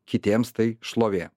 kitiems tai šlovė